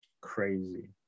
Crazy